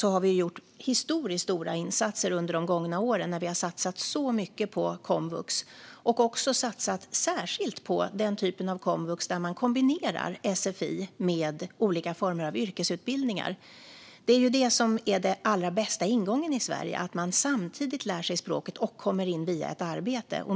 Här har vi gjort historiskt stora insatser under de gångna åren när vi har satsat mycket på komvux, och särskilt på den typ av komvux där man kombinerar sfi med olika former av yrkesutbildningar. Det är det som är den allra bästa ingången i Sverige: att man samtidigt lär sig språket och kommer in via ett arbete.